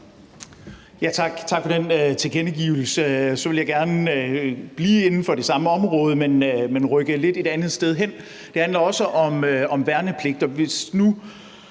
Tak for den tilkendegivelse. Så vil jeg gerne blive inden for det samme område, men rykke et lidt andet sted hen. Det handler også om værnepligt.